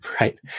right